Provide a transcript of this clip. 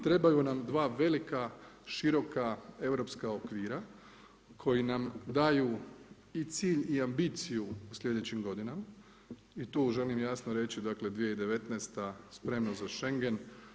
Trebaju nam dva velika, široka, europska okvira koji nam daju i cilj i ambiciju u slijedećim godinama i tu želim jasno reći, dakle 2019. spremna za Schengen.